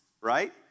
right